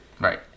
Right